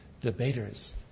debaters